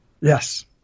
yes